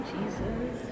Jesus